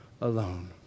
alone